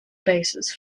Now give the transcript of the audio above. basis